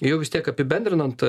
jau vis tiek apibendrinant